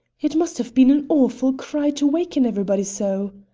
it must have been an awful cry to waken everybody so!